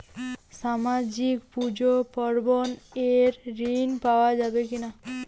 সামাজিক পূজা পার্বণ এর জন্য ঋণ পাওয়া যাবে কি?